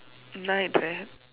night right